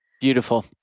Beautiful